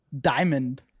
diamond